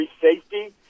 safety